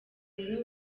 rero